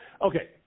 okay